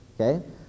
Okay